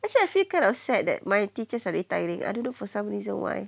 actually I feel kind of sad that my teachers are retiring I don't know for some reason why